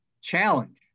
challenge